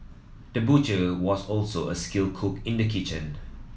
the butcher was also a skilled cook in the kitchen